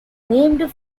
named